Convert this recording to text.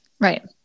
Right